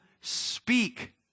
speak